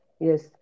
Yes